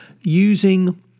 using